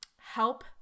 help